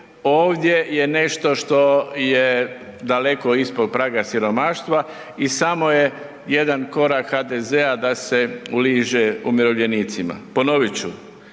Ovdje je nešto što je daleko ispod praga siromaštva i samo je jedan korak HDZ-ada se uliže umirovljenicima. Ponovit ću,